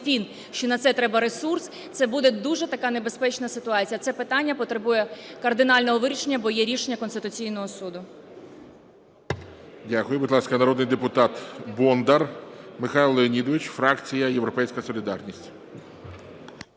що на це треба ресурс, це буде дуже така небезпечна ситуація. Це питання потребує кардинального вирішення, бо є рішення Конституційного Суду.